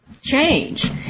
change